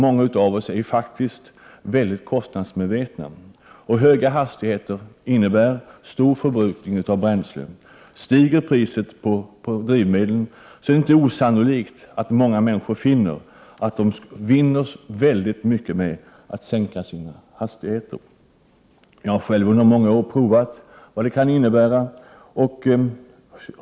Många av oss är ju faktiskt mycket kostnadsmedvetna, och höga hastigheter innebär stor förbrukning av bränsle. Stiger priset på drivmedel är det inte osannolikt att många människor finner att de vinner mycket med att sänka sina hastigheter. Jag har själv under många år provat vad det kan innebära.